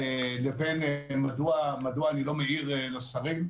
-- המשנה ליועץ לבין מדוע אני לא מעיר לשרים.